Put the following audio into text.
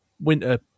Winter